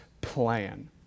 plan